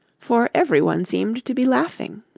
for everyone seemed to be laughing.